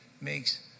makes